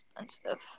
expensive